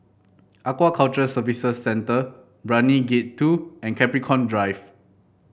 Aquaculture Services Centre Brani Gate Two and Capricorn Drive